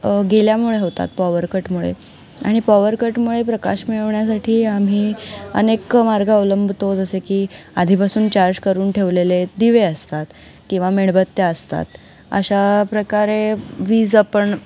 गेल्यामुळे होतात पॉवर कटमुळे आणि पॉवर कटमुळे प्रकाश मिळवण्यासाठी आम्ही अनेक मार्ग अवलंबतो जसे की आधीपासून चार्ज करून ठेवलेले दिवे असतात किंवा मेणबत्त्या असतात अशा प्रकारे वीज आपण